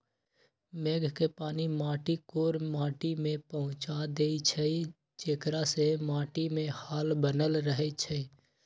मेघ के पानी माटी कोर माटि में पहुँचा देइछइ जेकरा से माटीमे हाल बनल रहै छइ